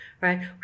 Right